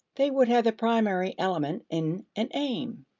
they would have the primary element in an aim.